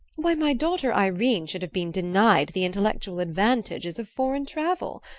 why my daughter ireen should have been denied the intellectual advantages of foreign travel.